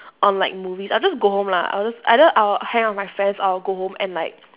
on like movies I just go home lah I'll just either I'll hang out with friends or I go home and like